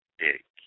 dick